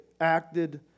acted